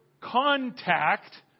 contact